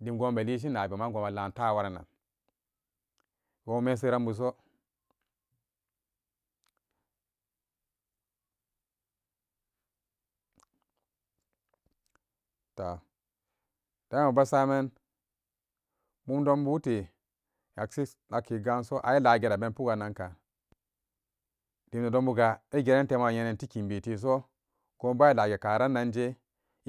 Dombu menseran bugo. To immabe saman mumdonbu te cacessa ayila geran abene pukegananga. Tor nedembu ga igran tikiteso gonbu bala ge karananje